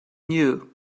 knew